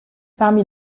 parmi